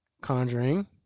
Conjuring